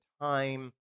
time